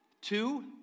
Two